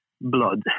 blood